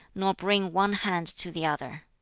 nor bring one hand to the other.